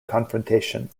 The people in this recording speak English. confrontation